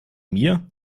mir